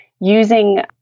using